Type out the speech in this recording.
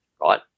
right